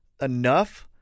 enough